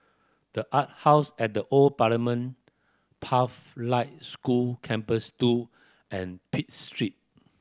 The Art House at the Old Parliament Pathlight School Campus Two and Pitt Street